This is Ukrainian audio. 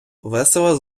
весело